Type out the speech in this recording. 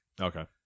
Okay